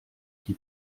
qui